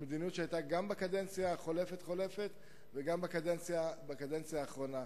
זאת מדיניות שהיתה גם בקדנציה החולפת-חולפת וגם בקדנציה האחרונה.